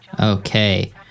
Okay